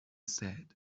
said